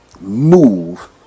move